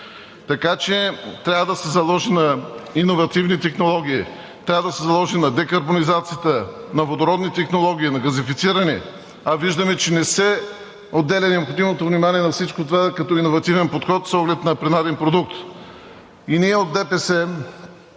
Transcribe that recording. Така че трябва да се заложи на иновативни технологии, трябва да се заложи на декарбонизацията, на водородни технологии, на газифициране. А виждаме, че не се отделя необходимото внимание на всичко това като иновативен подход с оглед принаден продукт. ПРЕДСЕДАТЕЛ